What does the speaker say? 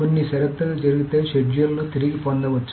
కొన్ని షరతులు జరిగితే షెడ్యూల్ను తిరిగి పొందవచ్చు